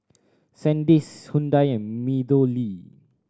Sandisk Hyundai and MeadowLea